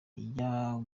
ijya